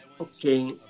okay